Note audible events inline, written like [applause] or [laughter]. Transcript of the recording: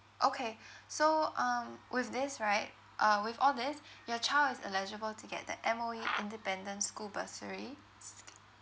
okay so um with this right uh with all these your child is eligible to get the M_O_E independent school bursary [noise]